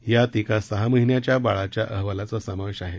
यात एका सहा महिन्याच्या बाळाच्या अहवालाचा समावेश आहे